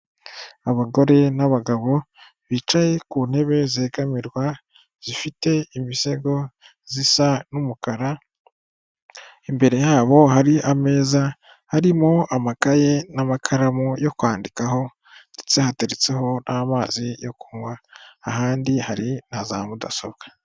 Abagore n'abagabo bicaye ku ntebe zegamirwa zifite imisego zisa n'umukara, imbere yabo hari ameza harimo amakaye n'amakaramu yo kwandikaho ndetse hateretseho n'amazi yo kunywa, ahandi hari na za mudasobwa.